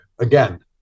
Again